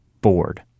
bored